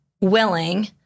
willing